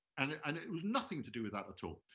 and it and it was nothing to do with that at all.